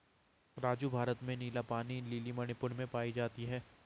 राजू भारत में नीला पानी लिली मणिपुर में पाई जाती हैं